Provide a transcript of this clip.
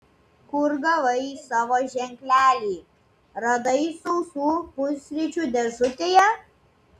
kur gavai savo ženklelį radai sausų pusryčių dėžutėje